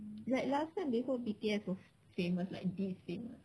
like last time before B_T_S was famous like this famous